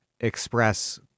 express